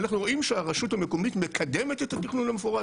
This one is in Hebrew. אנחנו רואים שהרשות המקומית מקדמת את התכנון המפורט.